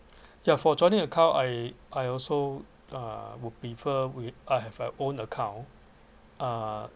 ya for joining account I I also uh would prefer we I have a own account uh